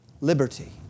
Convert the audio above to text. liberty